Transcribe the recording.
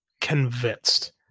Convinced